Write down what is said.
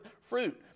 fruit